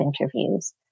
interviews